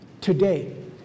Today